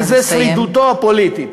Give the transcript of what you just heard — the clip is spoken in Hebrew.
שהוא שרידותו הפוליטית.